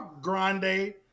grande